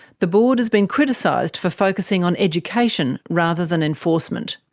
the board has been criticised for focussing on education rather than enforcement.